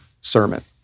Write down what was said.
sermon